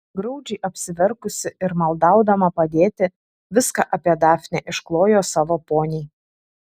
graudžiai apsiverkusi ir maldaudama padėti viską apie dafnę išklojo savo poniai